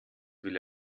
will